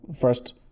first